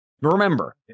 Remember